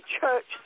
church